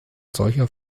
solcher